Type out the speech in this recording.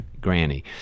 granny